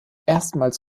erstmals